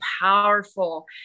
powerful